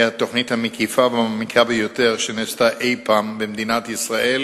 היא התוכנית המקיפה והמעמיקה ביותר שנעשתה אי-פעם במדינת ישראל